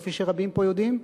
כפי שרבים פה יודעים,